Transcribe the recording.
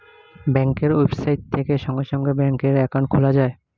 ব্যাঙ্কের ওয়েবসাইট থেকে সঙ্গে সঙ্গে ব্যাঙ্কে অ্যাকাউন্ট খোলা যায়